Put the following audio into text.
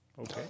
Okay